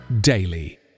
daily